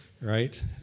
right